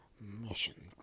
mission